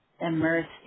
immersed